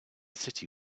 city